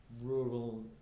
rural